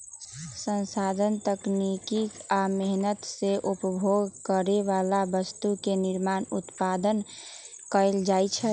संसाधन तकनीकी आ मेहनत से उपभोग करे बला वस्तु के निर्माण उत्पादन कएल जाइ छइ